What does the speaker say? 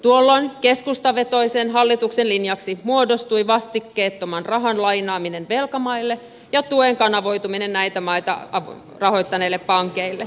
tuolloin keskustavetoisen hallituksen linjaksi muodostui vastikkeettoman rahan lainaaminen velkamaille ja tuen kanavoituminen näitä maita rahoittaneille pankeille